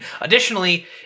additionally